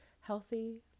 healthy